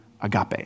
agape